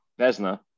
Vesna